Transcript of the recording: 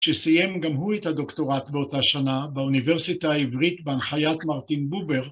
שסיים גם הוא את הדוקטורט באותה שנה באוניברסיטה העברית בהנחיית מרטין בובר.